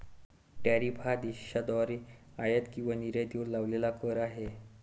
tariff हा देशाद्वारे आयात किंवा निर्यातीवर लावलेला कर आहे